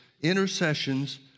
intercessions